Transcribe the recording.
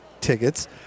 tickets